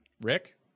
Rick